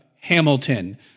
Hamilton